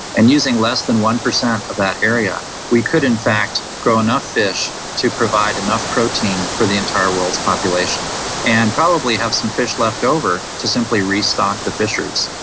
and using less than one percent of that area we could in fact grow enough fish to provide enough protein for the entire world's population and probably have some fish left over to simply restock restock the fisheries.